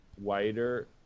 wider